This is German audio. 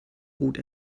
bot